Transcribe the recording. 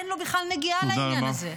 אין לו בכלל נגיעה לעניין הזה.